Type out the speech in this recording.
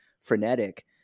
frenetic